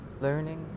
Learning